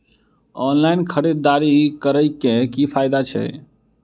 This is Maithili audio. ऑनलाइन खरीददारी करै केँ की फायदा छै?